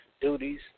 duties